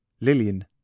Lillian